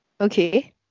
Okay